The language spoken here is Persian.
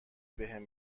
بهم